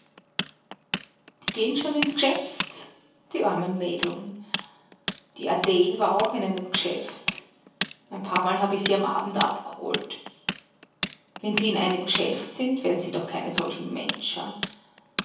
die geht schon ins g'schäft die armen mädeln die adel war auch in einem g'schäft ein paarmal hab ich sie am abend abg'holt wenn sie in einem g'schäft sind werd'n sie doch keine solchen menscher